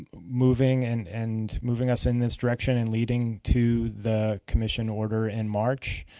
moving and and moving us in this direction and leading to the commission order in march,